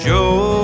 Joe